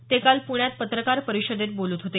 ते काल प्रण्यात पत्रकार परिषदेत बोलत होते